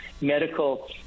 medical